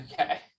Okay